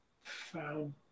found